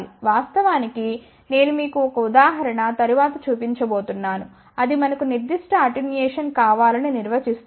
వాస్తవానికి నేను మీకు ఒక ఉదాహరణ తరువాత చూపించబోతున్నాను అది మనకు నిర్దిష్ట అటెన్యుయేషన్ కావాలని నిర్వచిస్తుంది